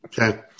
okay